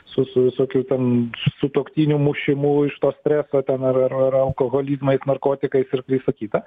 su su visokiu ten sutuoktinio mušimu iš to streso ten ar ar ar alkoholizmais narkotikais ir visa kita